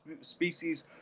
species